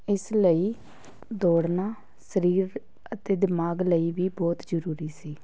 ਇਸ ਲਈ ਦੌੜਨਾ ਸਰੀਰ ਅਤੇ ਦਿਮਾਗ ਲਈ ਵੀ ਬਹੁਤ ਜ਼ਰੂਰੀ ਸੀ